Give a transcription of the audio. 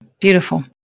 Beautiful